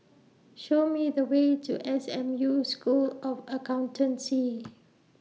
Show Me The Way to S M U School of Accountancy